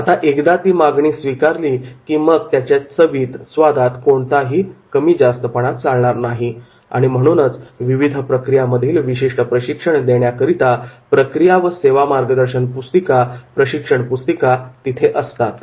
आता एकदा ती मागणी स्वीकारली की मग त्याच्या चवीत स्वादात कोणताही कमी जास्तपणा चालणार नाही आणि म्हणूनच विविध प्रक्रियामधील विशिष्ट प्रशिक्षण देण्याकरिता प्रक्रिया व सेवा मार्गदर्शन पुस्तिका प्रशिक्षण पुस्तिका तिथे असतात